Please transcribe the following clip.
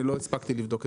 לא הספקתי לבדוק את זה.